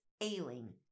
ailing